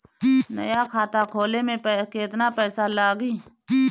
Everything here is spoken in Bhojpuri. नया खाता खोले मे केतना पईसा लागि?